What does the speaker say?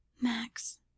Max